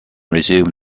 resumed